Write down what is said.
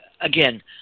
again